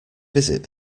visit